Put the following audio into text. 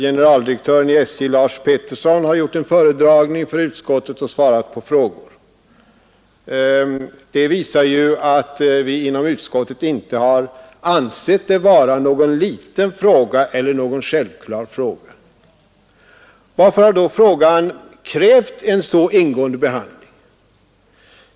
Generaldirektören i SJ, Lars Peterson, har gjort en föredragning för utskottet och svarat på frågor. Det visar ju att vi inom utskottet inte har ansett detta vara någon liten eller någon självklar fråga. Varför har då frågan krävt en så ingående behandling?